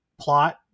plot